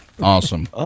Awesome